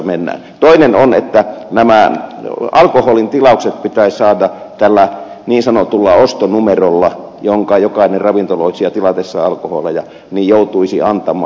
toinen on että alkoholin tilaukset pitäisi saada niin sanotulla ostonumerolla jonka jokainen ravintoloitsija tilatessaan alkoholeja joutuisi antamaan